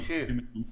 תקשיב.